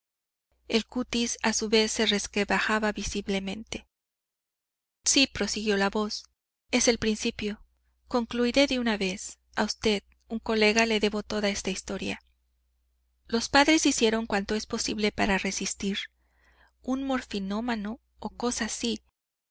el cutis a su vez se resquebrajaba visiblemente sí prosiguió la voz es el principio concluiré de una vez a usted un colega le debo toda esta historia los padres hicieron cuanto es posible para resistir un morfinómano o cosa así